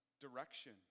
direction